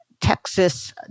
Texas